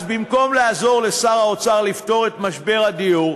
אז במקום לעזור לשר האוצר לפתור את משבר הדיור,